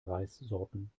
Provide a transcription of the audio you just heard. reissorten